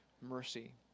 mercy